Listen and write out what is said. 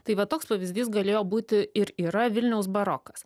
tai va toks pavyzdys galėjo būti ir yra vilniaus barokas